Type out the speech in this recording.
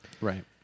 Right